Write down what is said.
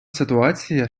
ситуація